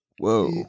Whoa